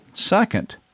second